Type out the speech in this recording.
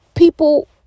People